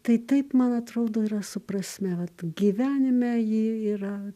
tai taip man atrodo yra su prasme vat gyvenime ji yra